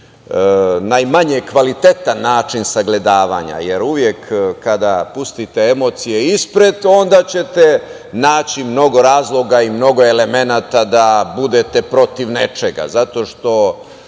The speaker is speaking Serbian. najmanje kvalitetan način sagledavanja, jer uvek kada pustite emocije ispred, onda ćete naći mnogo razloga i mnogo elemenata da budete protiv nečega, zato što